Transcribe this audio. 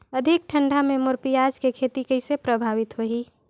अधिक ठंडा मे मोर पियाज के खेती कइसे प्रभावित होही?